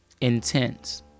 intense